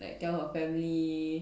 like tell tell her family